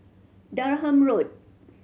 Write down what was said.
Durham Road